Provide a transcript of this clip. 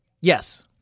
Yes